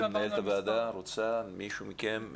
מנהלת הוועדה, מישהו מכם?